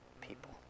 people